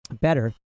better